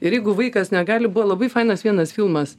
ir jeigu vaikas negali buvo labai fainas vienas filmas